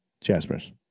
Jaspers